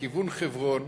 לכיוון חברון,